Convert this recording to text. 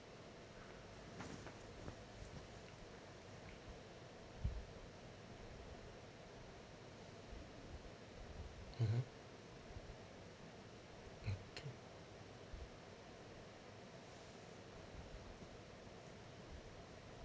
mmhmm